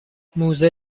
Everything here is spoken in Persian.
موزه